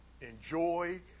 enjoy